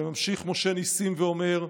וממשיך משה נסים ואומר: